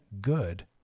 good